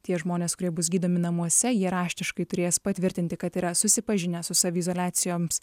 tie žmonės kurie bus gydomi namuose jie raštiškai turės patvirtinti kad yra susipažinę su saviizoliacijoms